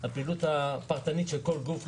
הפעילות הפרטנית של כל גוף היא לא רלוונטית,